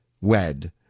wed